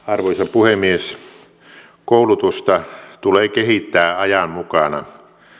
puhemies koulutusta tulee kehittää ajan mukana